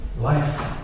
Life